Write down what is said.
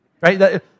right